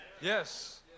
Yes